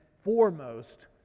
foremost